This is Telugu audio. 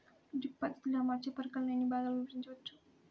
డ్రిప్ పద్ధతిలో అమర్చే పరికరాలను ఎన్ని భాగాలుగా విభజించవచ్చు?